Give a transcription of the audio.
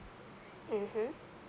mmhmm